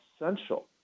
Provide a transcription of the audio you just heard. essential